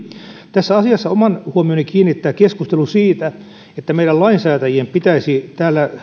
tässä asiassa oman huomioni kiinnittää keskustelu siitä että meidän lainsäätäjien pitäisi